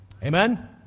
Amen